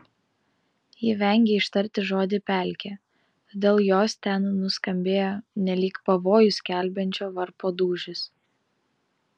ji vengė ištarti žodį pelkė todėl jos ten nuskambėjo nelyg pavojų skelbiančio varpo dūžis